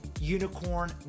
unicorn